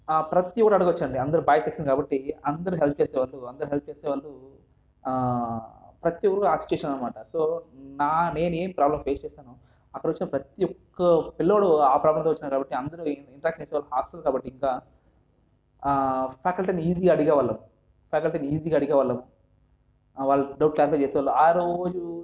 ప్రతి ఒక్కటి అడగొచ్చండి అందరూ బాయ్స్ సెక్షన్ కాబట్టి అందరూ హెల్ప్ చేసేవాళ్ళు అందరూ హెల్ప్ చేసేవాళ్ళు ప్రతి ఒక్కరు హెల్ప్ చేసేవాళ్ళన్నమాట సో నా నేను ఏం ప్రాబ్లం ఫేస్ చేశాను అక్కడికి వచ్చిన ప్రతి ఒక్క పిల్లోడు ఆ ప్రాబ్లంతో వచ్చినారు కాబట్టి అందరూ హాస్టల్ కాబట్టి ఇంకా ఫ్యాకల్టీని ఈజీగా అడిగే వాళ్ళం ఫ్యాకల్టీని ఈజీగా అడిగే వాళ్ళం వాళ్ళు ఆ డౌట్ క్లారిఫై చేసేవాళ్ళు ఆరోజు